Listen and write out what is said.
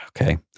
okay